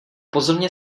pozorně